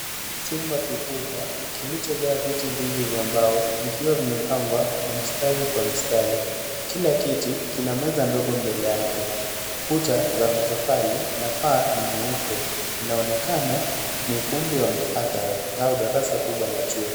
Jumba kikubwa kilicho jaa viti vingi vya mbao ikiwa imepangwa kwa mistari kwa mistari, kila kiti kina meza ndogo mbele yake, kuta za matofali na paa ni nyeupe. Inaonekana ni ukumbi wa mhatara au dara kubwa la chuo.